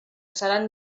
seran